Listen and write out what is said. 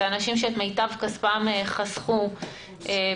אלה אנשים שאת מיטב כספם חסכו בשביל